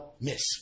miss